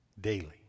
Daily